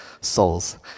souls